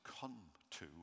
come-to